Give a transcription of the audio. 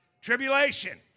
tribulation